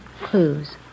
clues